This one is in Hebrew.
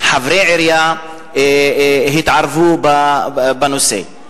חברי עירייה התערבו בנושא,